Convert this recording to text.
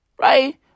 right